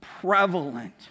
prevalent